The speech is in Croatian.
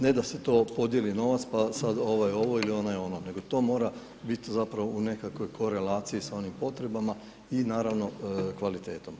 Ne da se to podijeli novac, pa sad ovaj ovo ili onaj ono, nego to mora bit zapravo u nekakvoj korelaciji sa onim potrebama i naravno kvalitetom.